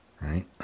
right